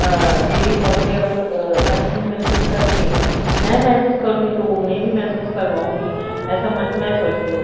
دلی طور پر اگر تسکین محسوس کریں گے میں محسوس کروں گی تو انہیں بھی محسوس کرواؤں گی ایسا میں سوچتی ہوں